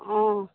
অঁ